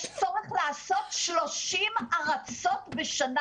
יש צורך לעשות 30 הרצות בשנה